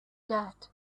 that